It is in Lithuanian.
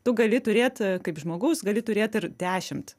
tu gali turėt kaip žmogus gali turėt ir dešimt